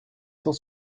cent